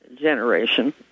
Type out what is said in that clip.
generation